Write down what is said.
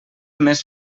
més